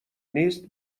نیست